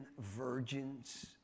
virgins